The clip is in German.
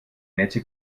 nette